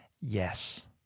Yes